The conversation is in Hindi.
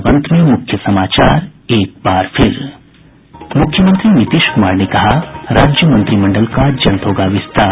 और अब अंत में मुख्य समाचार एक बार फिर मुख्यमंत्री नीतीश कूमार ने कहा राज्य मंत्रिमंडल का जल्द होगा विस्तार